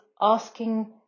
asking